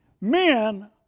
men